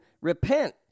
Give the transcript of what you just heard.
Repent